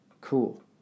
cool